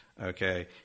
okay